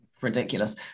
ridiculous